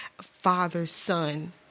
father-son